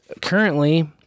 currently